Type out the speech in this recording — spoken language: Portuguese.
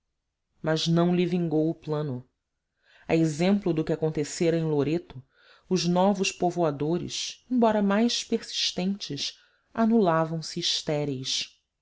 mas não lhe vingou o plano a exemplo do que acontecera em loreto os novos povoadores embora mais persistentes anulavam se estéreis